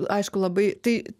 aišku labai tai